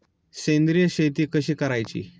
सेंद्रिय शेती कशी करायची?